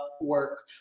work